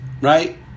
right